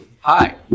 Hi